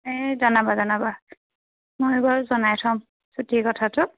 এই জনাবা জনাবা মই এইবাৰ জনাই থ'ম ছুটিৰ কথাটো